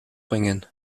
bringen